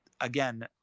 again